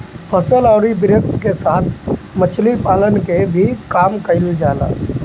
फसल अउरी वृक्ष के साथ मछरी पालन के भी काम कईल जाला